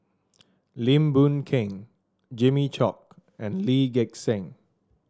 Lim Boon Keng Jimmy Chok and Lee Gek Seng